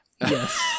Yes